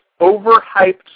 Overhyped